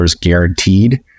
guaranteed